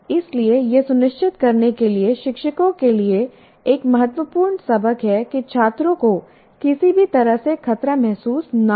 इसलिए यह सुनिश्चित करने के लिए शिक्षकों के लिए एक महत्वपूर्ण सबक है कि छात्रों को किसी भी तरह से खतरा महसूस न हो